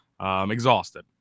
exhausted